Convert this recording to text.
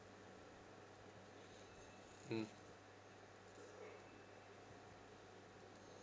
mm